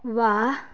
واہ